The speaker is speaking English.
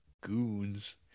Goons